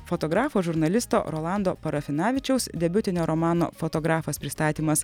fotografo žurnalisto rolando parafinavičiaus debiutinio romano fotografas pristatymas